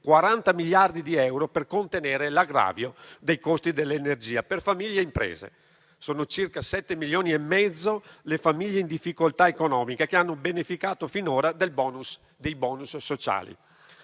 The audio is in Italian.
40 miliardi di euro per contenere l'aggravio dei costi dell'energia per famiglie e imprese. Sono circa 7 milioni e mezzo le famiglie in difficoltà economica che hanno beneficiato finora dei *bonus* sociali.